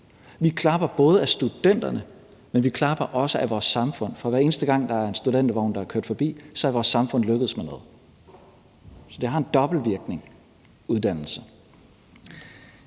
Vi klapper både af studenterne, men vi klapper også af vores samfund, for hver eneste gang der er en studentervogn, der er kørt forbi, er vores samfund lykkedes med noget, så uddannelse har en dobbelt virkning.